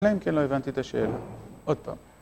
אלא אם כן לא הבנתי את השאלה, עוד פעם.